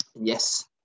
Yes